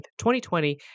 2020